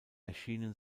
erschienen